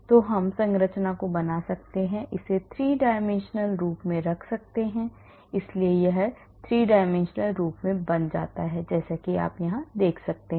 तो हम संरचना को बना सकते हैं इसे 3 dimensional रूप में रख सकते हैं इसलिए यह 3 dimensional रूप में बन जाता है जैसा कि आप देख सकते हैं